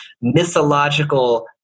mythological